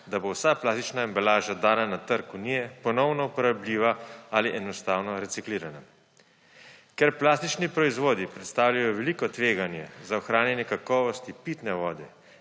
da bo vsa plastična embalaža, dana na trg Unije, ponovno uporabljiva ali enostavno reciklirana. Ker plastični proizvodi predstavljajo veliko tveganje za ohranjanje kakovosti pitne vode